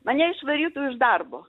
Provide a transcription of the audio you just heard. mane išvarytų iš darbo